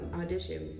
audition